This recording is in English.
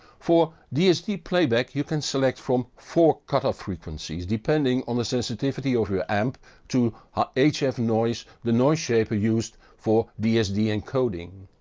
for dsd playback you can select from four cut-off frequencies, depending on the sensitivity of your amp to the ah hf noise the noise shaper used for dsd encoding.